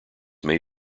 may